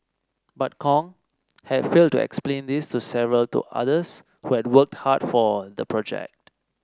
but Kong had failed to explain this to several to others who had worked hard for the project